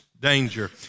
danger